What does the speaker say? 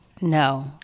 no